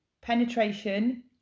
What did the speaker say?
penetration